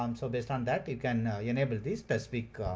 um so based on that, you can enable this specific,